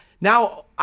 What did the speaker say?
Now